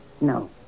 No